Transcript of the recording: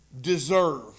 Deserve